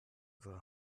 unsere